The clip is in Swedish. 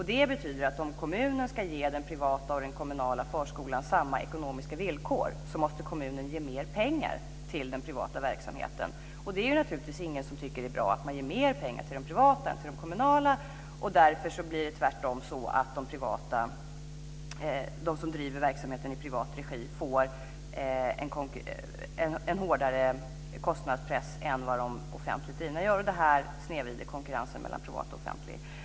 Det betyder att om kommunen ska ge den privata och kommunala förskolan samma ekonomiska villkor måste kommunen ge mer pengar till den privata verksamheten. Det är naturligtvis ingen som tycker att det är bra att man ger mer pengar till den privata verksamheten än till den kommunala. Därför blir det tvärtom så att de som driver verksamheten i privat regi får en hårdare kostnadspress än vad de offentligt drivna verksamheterna får, och det här snedvrider konkurrensen mellan privata och offentliga arrangörer.